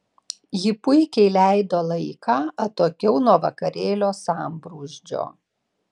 ji puikiai leido laiką atokiau nuo vakarėlio sambrūzdžio